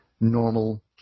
normal